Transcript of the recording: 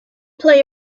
play